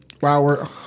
Wow